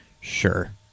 Sure